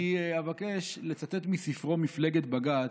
אני אבקש לצטט מספרו "מפלגת בג"ץ"